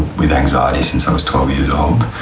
with anxiety since i was twelve years old.